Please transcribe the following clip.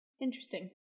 interesting